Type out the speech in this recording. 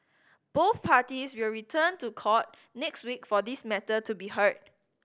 both parties will return to court next week for this matter to be heard